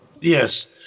Yes